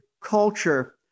culture